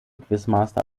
quizmaster